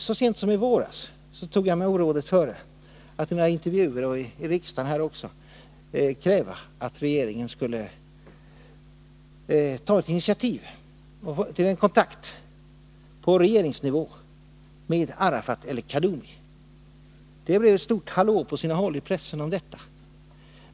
Så sent som i våras tog jag mig orådet före att i några intervjuer och också här i riksdagen kräva att regeringen skulle ta ett initiativ till kontakt på regeringsnivå med Arafat eller Kaddoumi. Det blev stort hallå på sina håll i pressen om detta.